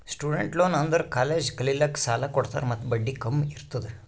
student loan ಅಂದುರ್ college ಕಲಿಲ್ಲಾಕ್ಕ್ ಸಾಲ ಕೊಡ್ತಾರ ಮತ್ತ ಬಡ್ಡಿ ಕಮ್ ಇರ್ತುದ್